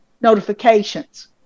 notifications